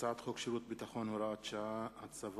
הצעת חוק שירות ביטחון (הוראת שעה) (הצבת